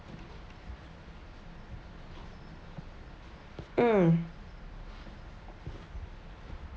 mm